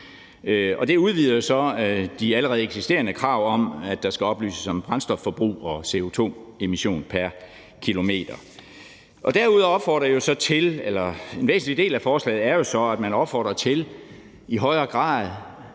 Det udvider de allerede eksisterende krav om, at der skal oplyses om brændstofforbrug og CO2-emission pr. kilometer. En væsentlig del af forslaget er jo så, at der opfordres til, at man i højere grad